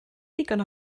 ddigon